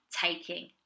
taking